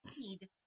need